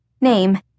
Name